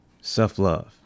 self-love